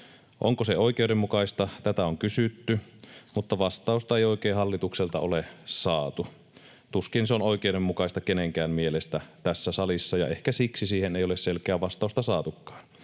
Onko se oikeudenmukaista — tätä on kysytty, mutta vastausta ei oikein hallitukselta ole saatu. Tuskin se on oikeudenmukaista kenenkään mielestä tässä salissa, ja ehkä siksi siihen ei ole selkeää vastausta saatukaan.